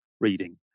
reading